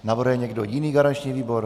Navrhuje někdo jiný garanční výbor?